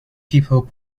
people